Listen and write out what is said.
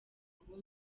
kuba